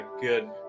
good